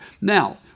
Now